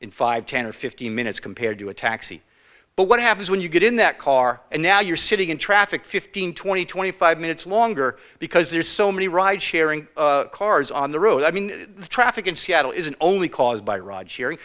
in five ten or fifteen minutes compared to a taxi but what happens when you get in that car and now you're sitting in traffic fifteen twenty twenty five minutes longer because there's so many ride sharing cars on the road i mean the traffic in seattle isn't only caused by r